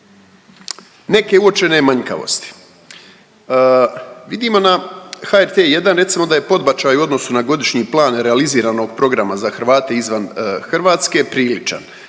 Neke uočene manjkavosti, vidimo na HRT1, recimo da je podbačaj u odnosu na godišnji plan realiziranog programa za Hrvate izvan Hrvatske priličan.